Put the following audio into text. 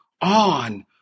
on